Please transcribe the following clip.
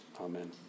Amen